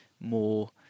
more